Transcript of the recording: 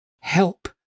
help